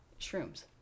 shrooms